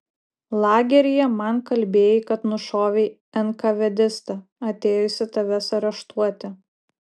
lageryje man kalbėjai kad nušovei enkavedistą atėjusį tavęs areštuoti